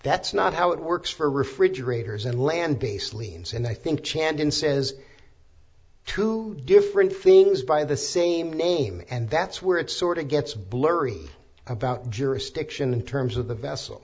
that's not how it works for refrigerators and land based liens and i think chandon says two different things by the same name and that's where it sort of gets blurry about jurisdiction in terms of the vessel